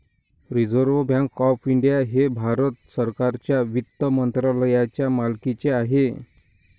reserve bank of India हे भारत सरकारच्या वित्त मंत्रालयाच्या मालकीचे आहे